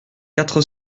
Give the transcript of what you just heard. quatre